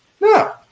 No